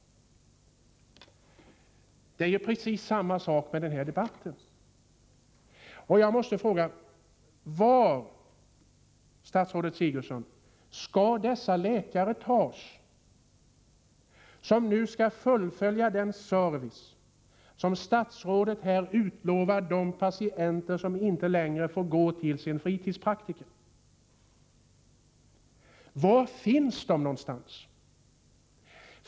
Det är precis samma sak med denna debatt. Jag måste fråga: Var, statsrådet Sigurdsen, skall de läkare tas, som nu skall fullfölja den service som statsrådet här har lovat de patienter som inte längre får gå till sin fritidspraktiker? Var finns de någonstans?